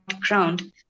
ground